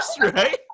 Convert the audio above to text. right